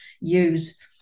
use